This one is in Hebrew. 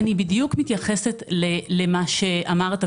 אני בדיוק מתייחסת למה שאמרת,